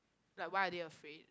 like why are they afraid